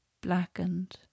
Blackened